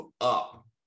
up